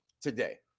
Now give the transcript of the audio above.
today